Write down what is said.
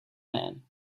man